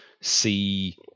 see